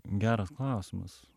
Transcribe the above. geras klausimas